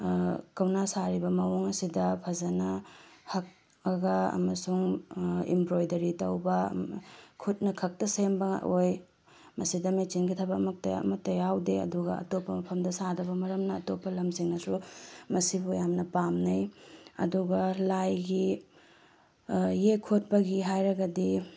ꯀꯧꯅꯥ ꯁꯥꯔꯤꯕ ꯃꯑꯣꯡ ꯑꯁꯤꯗ ꯐꯖꯅ ꯍꯛꯑꯒ ꯑꯃꯁꯤꯡ ꯏꯝꯕ꯭ꯔꯣꯏꯗꯔꯤ ꯇꯧꯕ ꯈꯨꯠꯅ ꯈꯛꯇ ꯁꯦꯝꯕ ꯑꯣꯏ ꯃꯁꯤꯗ ꯃꯦꯆꯤꯟꯒꯤ ꯊꯕꯛ ꯑꯃꯠꯇ ꯌꯥꯎꯗꯦ ꯑꯗꯨꯒ ꯑꯇꯣꯞꯄ ꯃꯐꯝꯗ ꯁꯥꯗꯕ ꯃꯔꯝꯅ ꯑꯇꯣꯞꯄ ꯂꯝꯁꯤꯡꯅꯁꯨ ꯃꯁꯤꯕꯨ ꯌꯥꯝꯅ ꯄꯥꯝꯅꯩ ꯑꯗꯨꯒ ꯂꯥꯏꯒꯤ ꯌꯦꯛ ꯈꯣꯠꯄꯒꯤ ꯍꯥꯏꯔꯒꯗꯤ